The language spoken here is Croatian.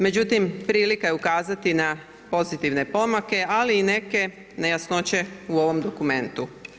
Međutim, prilika je ukazati na pozitivne pomake, ali i neke nejasnoće u ovom dokumentu.